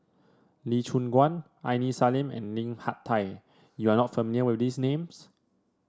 Lee Choon Guan Aini Salim and Lim Hak Tai You are not familiar with these names